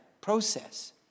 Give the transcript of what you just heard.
process